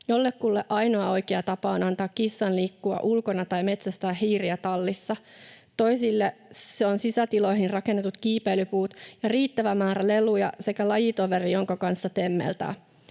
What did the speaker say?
Jollekulle ainoa oikea tapa on antaa kissan liikkua ulkona tai metsästää hiiriä tallissa. Toisille se on sisätiloihin rakennetut kiipeilypuut ja riittävä määrä leluja sekä lajitoveri, jonka kanssa temmeltää.